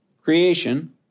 creation